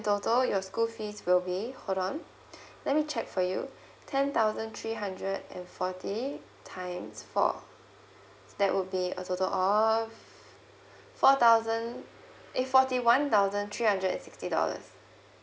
total your school fees will be hold on let me check for you ten thousand three hundred and forty times four that would be a total of four thousand eh forty one thousand three hundred and sixty dollars